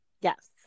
Yes